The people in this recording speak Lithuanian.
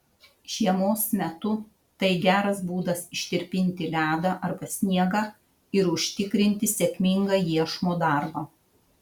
žiemos metu tai geras būdas ištirpinti ledą arba sniegą ir užtikrinti sėkmingą iešmo darbą